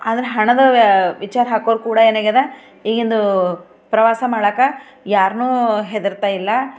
ಆದ್ರೆ ಹಣದ ವ್ಯ ವಿಚಾರ ಹಾಕೋರು ಕೂಡ ಏನಾಗ್ಯದ ಈಗಿನದು ಪ್ರವಾಸ ಮಾಡಕ್ಕೆ ಯಾರನ್ನೂ ಹೆದರ್ತಾಯಿಲ್ಲ